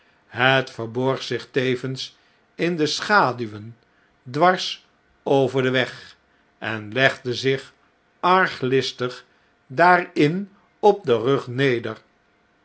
het verborg zich tevens in de schaduwen dwars over den weg en legde zich arglistig daarin op den rug neder